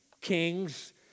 kings